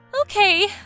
Okay